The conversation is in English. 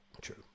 True